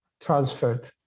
transferred